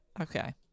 Okay